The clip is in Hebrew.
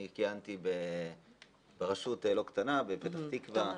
אני כיהנתי בראשות לא קטנה בפתח תקוה,